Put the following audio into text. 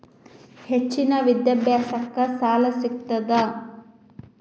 ಹೆಚ್ಚಿನ ವಿದ್ಯಾಭ್ಯಾಸಕ್ಕ ಸಾಲಾ ಸಿಗ್ತದಾ?